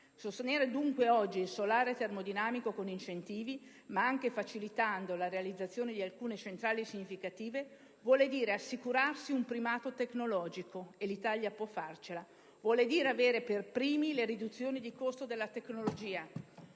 Sostenere dunque oggi il solare termodinamico con incentivi, ma anche facilitando la realizzazione di alcune centrali significative, vuol dire assicurarsi un primato tecnologico, e l'Italia può farcela; vuol dire avere per primi le riduzioni di costo della tecnologia,